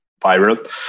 viral